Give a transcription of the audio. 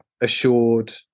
assured